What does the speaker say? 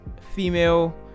female